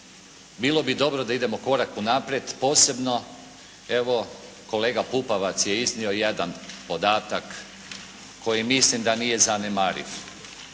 bilo bi dobro da idemo korak unaprijed posebno evo kolega Pupovac je iznio jedan podatak koji mislim da nije zanemariv.